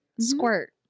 Squirt